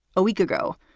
a week ago,